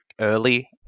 early